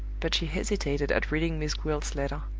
but she hesitated at reading miss gwilt's letter.